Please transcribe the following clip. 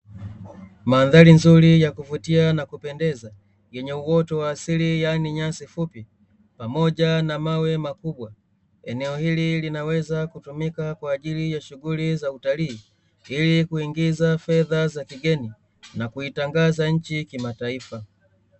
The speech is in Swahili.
Mandhari nzuri yakuvutia na kupendeza yenye uoto wa asili yaani nyasi fupi, pamoja na mawe makubwa, eneo hili linaweza kutumika kwaajili ya shunghuli za utalii ilikuingiza fedha za kigeni na kuitangaza nchi kimataifa.